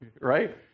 right